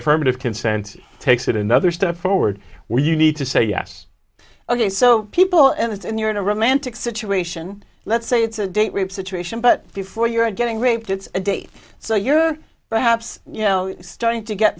affirmative consent takes it another step forward where you need to say yes ok so people in this and you're in a romantic situation let's say it's a date rape situation but before you're getting raped it's a date so you're perhaps you know starting to get